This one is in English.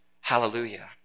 Hallelujah